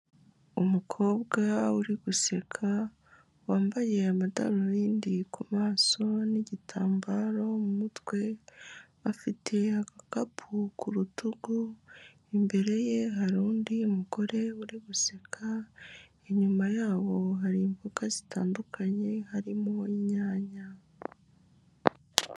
Umukobwa uri guseka wambaye amadarubindi ku maso n'igitambaro mu mutwe, afite agakapu ku rutugu, imbere ye hari undi mugore uri guseka, inyuma yabo hari imboga zitandukanye harimo inyanya.